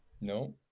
no